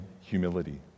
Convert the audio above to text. humility